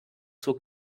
zur